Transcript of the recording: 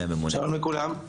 שלום לכולם.